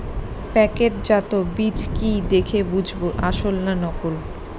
প্যাকেটজাত বীজ কি দেখে বুঝব আসল না নকল?